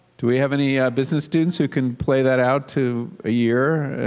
do we have any business students who can play that out to a year?